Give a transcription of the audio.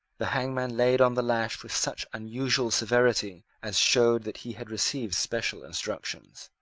the hangman laid on the lash with such unusual severity as showed that he had received special instructions.